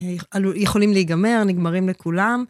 יכולים להיגמר, נגמרים לכולם.